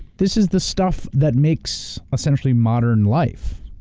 this is the stuff that makes, essentially, modern life.